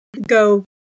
go